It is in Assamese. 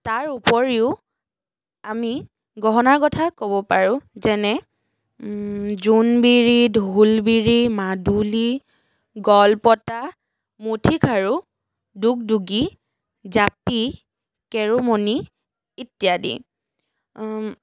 তাৰ উপৰিও আমি গহনাৰ কথা ক'ব পাৰোঁ যেনে জোনবিৰি ঢোলবিৰি মাদুলি গলপতা মুঠিখাৰু দুগদুগী জাপি কেৰুমণি ইত্যাদি